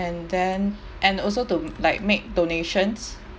and then and also to like make donations